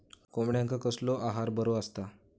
कोंबड्यांका कसलो आहार बरो असता?